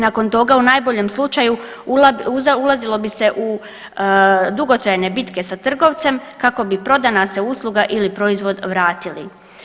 Nakon toga u najboljem slučaju ulazilo bi se u dugotrajne se bitke sa trgovcem kako bi prodana usluga ili proizvod vratili.